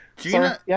Gina